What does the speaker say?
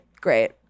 great